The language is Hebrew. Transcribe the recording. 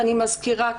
אני מזכירה,